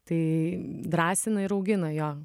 tai drąsina ir augina jo